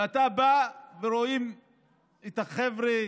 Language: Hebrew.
ואתה בא, ורואים את החבר'ה